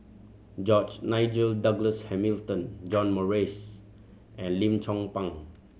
George Nigel Douglas Hamilton John Morrice and Lim Chong Pang